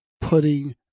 putting